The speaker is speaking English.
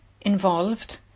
involved